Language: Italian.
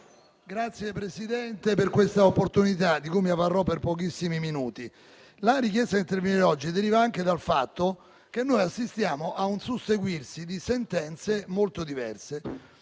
ringrazio per questa opportunità di cui mi avvarrò per pochissimi minuti. La richiesta di intervenire oggi deriva anche dal fatto che noi assistiamo a un susseguirsi di sentenze molto diverse.